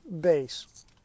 base